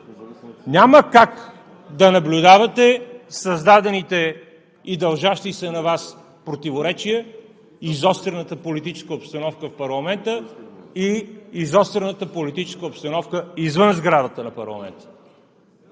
Няма как да наблюдавате създадените и дължащи се на Вас противоречия, изострената политическа обстановка в парламента и изострената политическа обстановка извън сградата на парламента.